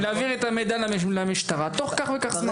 להעביר את המידע למשטרה תוך כך וכך זמן.